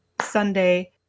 Sunday